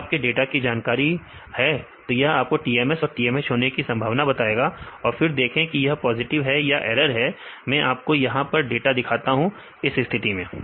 अगर आपको डाटा की जानकारी है तो यह आपको TMS और TMH होने की संभावना बताएगा और फिर देखें कि यह पॉजिटिव है या यह ऐरर है मैं आपको यहां पर डाटा दिखाता हूं इस स्थिति में